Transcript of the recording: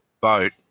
boat